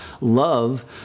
love